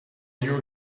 your